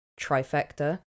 trifecta